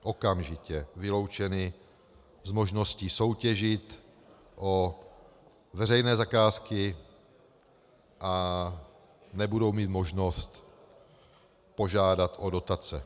okamžitě vyloučeny z možnosti soutěžit o veřejné zakázky a nebudou mít možnost požádat o dotace.